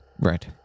Right